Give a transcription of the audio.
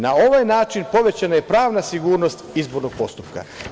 Na ovaj način povećana je pravna sigurnost izbornog postupka.